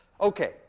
Okay